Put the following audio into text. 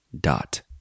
dot